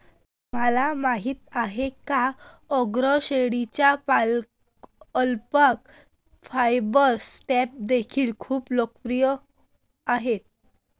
तुम्हाला माहिती आहे का अंगोरा शेळ्यांचे अल्पाका फायबर स्टॅम्प देखील खूप लोकप्रिय आहेत